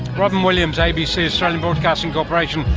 robyn williams, abc, australian broadcasting corporation.